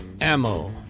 ammo